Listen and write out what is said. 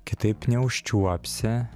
kitaip neužčiuopsi